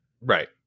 Right